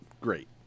Great